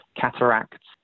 cataracts